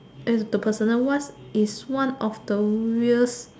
the personal what is one of the weirdest